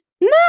no